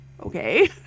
okay